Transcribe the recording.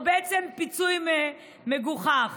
או בעצם פיצוי מגוחך.